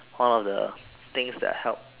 all the things that I help